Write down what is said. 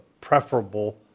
preferable